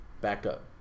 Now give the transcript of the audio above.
backup